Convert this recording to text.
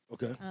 Okay